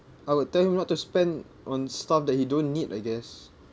I would tell him not to spend on stuff that he don't need I guess